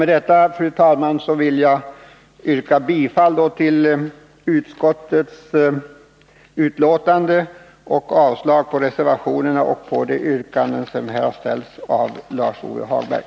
Med detta, fru talman, vill jag yrka bifall till utskottets hemställan samt avslag på reservationerna och på det yrkande som här har framställts av Lars-Ove Hagberg.